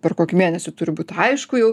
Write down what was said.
per kokį mėnesį turi būt aišku jau